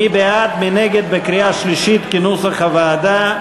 מי בעד, מי נגד, בקריאה שלישית, כנוסח הוועדה?